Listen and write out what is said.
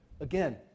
Again